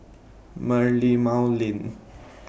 Merlimau Lane